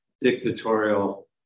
dictatorial